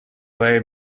lay